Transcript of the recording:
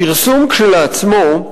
הפרסום כשלעצמו,